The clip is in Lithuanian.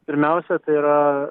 pirmiausia tai yra